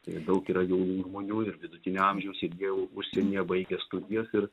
tai daug yra jaunų žmonių ir vidutinio amžiaus jie jau užsienyje baigę studijas ir